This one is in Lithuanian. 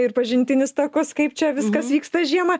ir pažintinius takus kaip čia viskas vyksta žiemą